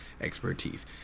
expertise